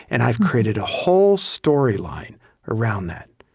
and i've created a whole storyline around that.